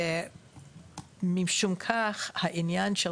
ומשום כך העניין של